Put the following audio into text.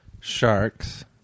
sharks